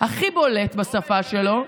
הכי בולט בשפה שלו.